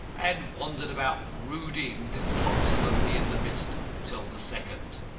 and wandered about brooding disconsolately in the mist till the second.